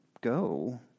go